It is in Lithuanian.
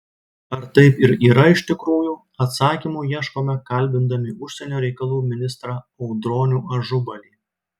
ar taip ir yra iš tikrųjų atsakymų ieškome kalbindami užsienio reikalų ministrą audronių ažubalį